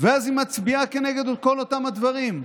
ואז היא מצביעה נגד כל אותם הדברים.